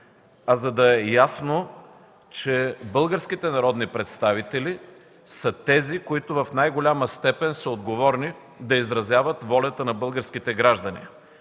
а за да е ясно, че българските народни представители са тези, които в най-голяма степен са отговорни да изразяват волята на българските граждани